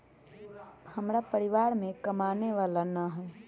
हमरा परिवार में कमाने वाला ना है?